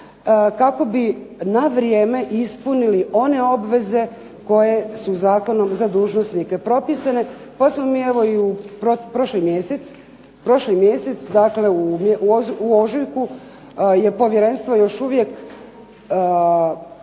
kako bi na vrijeme ispunili one obveze koje su zakonom za dužnosnike propisane. Pa smo mi evo i prošli mjesec, dakle u ožujku je povjerenstvo još uvijek